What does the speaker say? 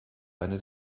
eine